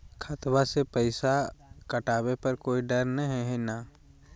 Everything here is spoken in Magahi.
खतबा से पैसबा कटाबे पर कोइ डर नय हय ना?